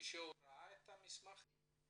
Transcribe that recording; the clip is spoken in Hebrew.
מישהו ראה את המסמכים?